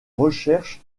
recherches